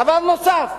דבר נוסף,